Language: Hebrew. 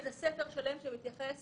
זה ספר שלם שמתייחס